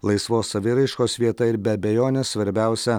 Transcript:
laisvos saviraiškos vieta ir be abejonės svarbiausia